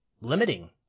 limiting